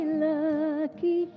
lucky